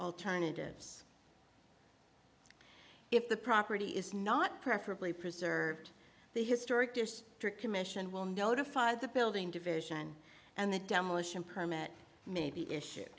alternatives if the property is not preferably preserved the historic district commission will notify the building division and the demolition permit may be issue